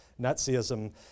Nazism